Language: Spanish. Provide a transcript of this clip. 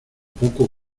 poco